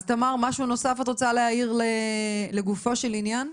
אז תמר, משהו נוסף את רוצה להעיר לגופו של עניין?